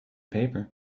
paper